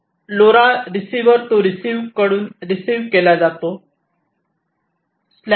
तो लोरा तो रिसिवर कडून रिसीव केला जातो